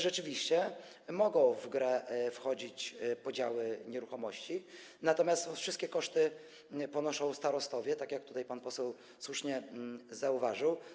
Rzeczywiście mogą w grę wchodzić podziały nieruchomości, natomiast wszystkie koszty ponoszą starostowie, tak jak tutaj pan poseł słusznie zauważył.